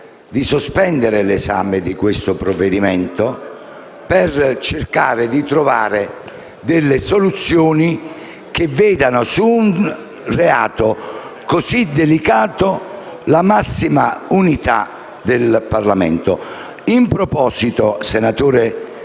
di sospendere l'esame di questo provvedimento, per cercare di trovare delle soluzioni che vedano, su un reato così delicato, la massima unità del Parlamento. In proposito, presidente